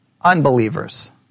unbelievers